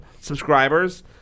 subscribers